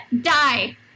die